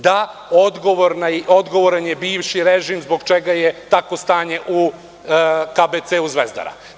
Da, odgovoran je bivši režim zbog čega je takvo stanje u KBC Zvezdara.